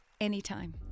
anytime